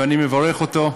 ואני מברך אותו שיצליח.